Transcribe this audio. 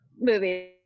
movies